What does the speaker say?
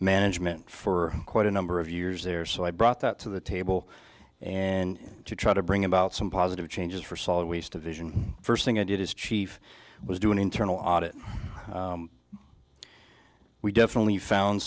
management for quite a number of years there so i brought that to the table and to try to bring about some positive changes for solid waste a vision first thing i did as chief was do an internal audit we definitely found